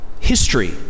history